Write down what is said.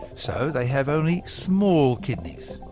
so they have only small kidneys.